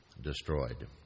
destroyed